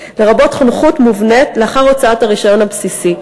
לרבות חונכות מובנית לאחר הוצאת הרישיון הבסיסי.